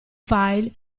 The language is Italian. file